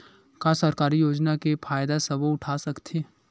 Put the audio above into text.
का सरकारी योजना के फ़ायदा सबो उठा सकथे?